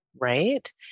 right